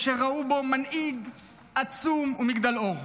אשר ראו בו מנהיג עצום ומגדלור.